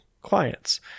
clients